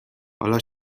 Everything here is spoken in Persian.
حالا